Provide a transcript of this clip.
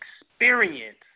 experience